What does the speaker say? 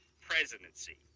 presidency